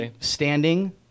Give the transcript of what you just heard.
standing